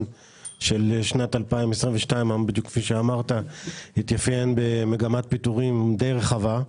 של שנת 2022 התאפיין במגמת פיטורים די רחבה.